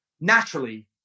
Naturally